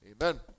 amen